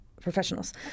professionals